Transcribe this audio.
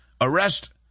arrest